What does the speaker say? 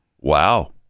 Wow